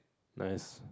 nice